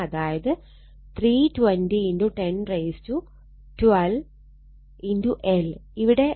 അതായത് 320 1012 L